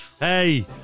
Hey